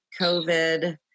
COVID